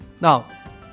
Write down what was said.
now